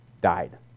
died